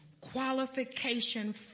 qualification